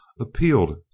appealed